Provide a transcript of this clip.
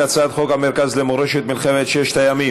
כאשר הממשלה לא עושה את מה שאפשר וצריך לעשות לשינוי המצב